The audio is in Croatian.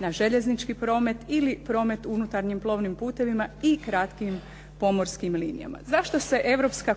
na željeznički promet ili promet u unutarnjim plovnim putevima i kratkim pomorskim linijama. Zašto se Europska